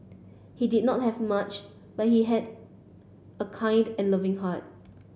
he did not have much but he had a kind and loving heart